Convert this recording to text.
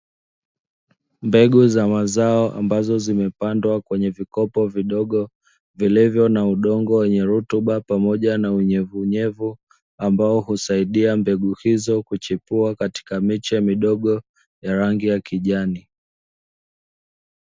Mbegu za mazao ambazo zimepandwa kwenye vikopo vidogo vilivyo na udongo wenye rutuba pamoja na unyevunyevu, ambao husaidia mbegu hizo kuchipua katika miche midogo ya rangi ya kijani.